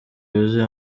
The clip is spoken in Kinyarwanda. yuzuye